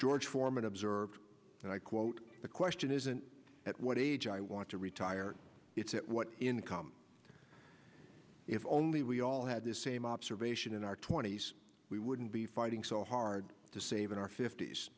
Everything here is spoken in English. george foreman observed and i quote the question isn't at what age i want to retire it's at what income if only we all had this same observation in our twenty's we wouldn't be fighting so hard to save in our fift